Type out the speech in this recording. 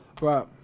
Right